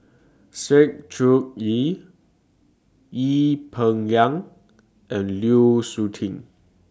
Sng Choon Yee Ee Peng Liang and Lu Suitin